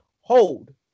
Hold